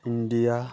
India